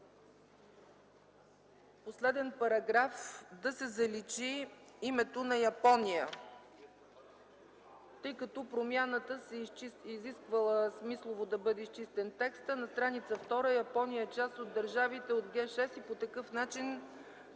последния параграф – да се заличи името на Япония, тъй като промяната изисквала текстът да бъде изчистен смислово. На стр. 2 – „Япония е част от държавите от Г-6 и по такъв начин”.